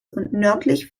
nördlich